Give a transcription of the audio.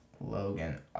Logan